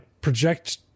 project